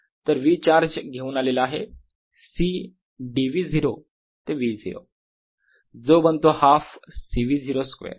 तर V charge घेऊन आलेला आहे C dV0 ते V0 जो बनतो हाफ C V0 स्क्वेअर